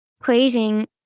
praising